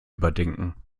überdenken